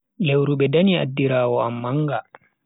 Lewru be danyi addiraawo am manga.